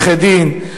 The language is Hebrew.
עורכי-דין,